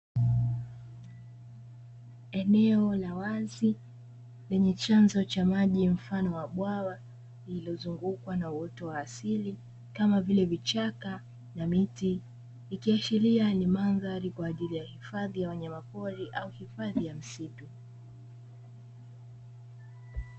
Eneo la wazi, lenye chanzo cha maji mafano wa bwawa lililozungukwa na uoto wa asili, kama vile vichaka na miti. Ikiashiria ni mandhari kwa ajili ya hifadhi ya wanyama pori au hifadhi ya msitu.